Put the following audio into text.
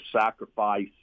sacrifice